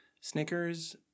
Snickers